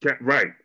Right